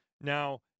now